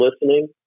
listening